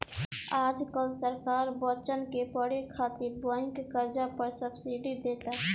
आज काल्ह सरकार बच्चन के पढ़े खातिर बैंक कर्जा पर सब्सिडी देता